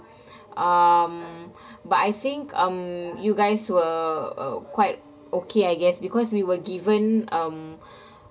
um but I think um you guys were uh quite okay I guess because we were given um